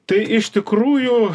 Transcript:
tai iš tikrųjų